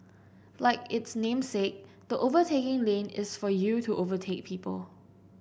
like its namesake the overtaking lane is for you to overtake people